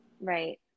right